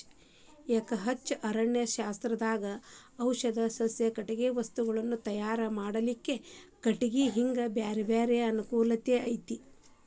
ಎಕಹಚ್ಚೆ ಅರಣ್ಯಶಾಸ್ತ್ರದಾಗ ಔಷಧಿ ಸಸ್ಯ, ಕಟಗಿ ವಸ್ತುಗಳನ್ನ ತಯಾರ್ ಮಾಡ್ಲಿಕ್ಕೆ ಕಟಿಗಿ ಹಿಂಗ ಬ್ಯಾರ್ಬ್ಯಾರೇ ಅನುಕೂಲ ಐತಿ